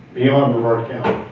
beyond our county.